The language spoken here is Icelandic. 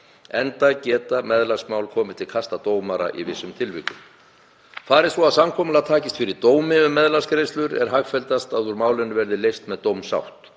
enda geta meðlagsmál komið til kasta dómara í vissum tilvikum. Fari svo að samkomulag takist fyrir dómi um meðlagsgreiðslur er hagfelldast að úr málinu verði leyst með dómsátt.